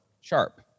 sharp